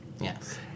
Yes